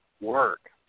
work